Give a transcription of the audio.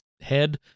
head